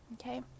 okay